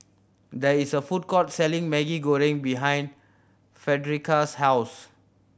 there is a food court selling Maggi Goreng behind Frederica's house